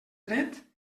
dret